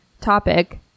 topic